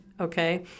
okay